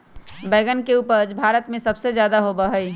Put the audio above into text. बैंगन के उपज भारत में सबसे ज्यादा होबा हई